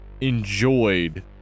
enjoyed